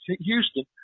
Houston